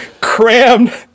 crammed